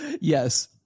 yes